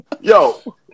Yo